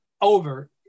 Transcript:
over